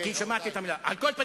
כבר פנו אלי כתבים